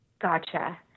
Gotcha